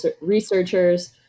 researchers